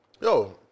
Yo